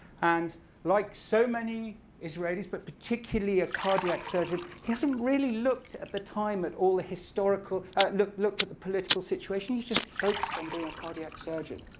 and like so many israelis, but particularly a cardiac surgeon, he hasn't really looked at the time at all the historical looked looked at the political situation. he's just focused on being a cardiac surgeon.